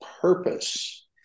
purpose